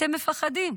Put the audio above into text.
אתם מפחדים,